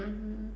mmhmm